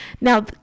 Now